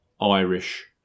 Irish